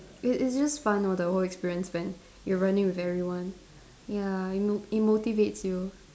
it it's just fun lor the whole experience when you're running with everyone ya it mo~ it motivates you